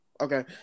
okay